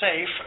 safe